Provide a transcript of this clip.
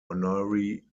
honorary